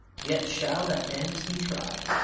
yet shall that dance be trod!